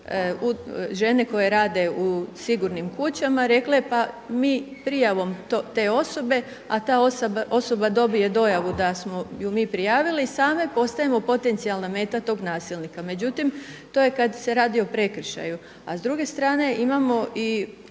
žene koje rade u sigurnim kućama rekle pa mi prijavom te osobe, a to osoba dobije dojavu da smo je mi prijavili same postajemo potencijalna meta tog nasilnika. Međutim, to je kad se radi o prekršaju. A s druge strane imamo i